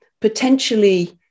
potentially